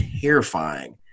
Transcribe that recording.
terrifying